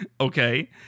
Okay